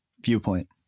viewpoint